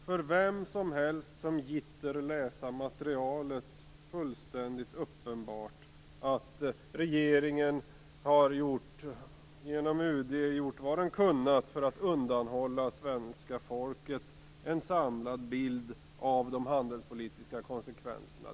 För vem som helst som gitter läsa materialet är det fullständigt uppenbart att regeringen genom UD har gjort vad man kunnat för att undanhålla svenska folket en samlad bild av de handelspolitiska konsekvenserna.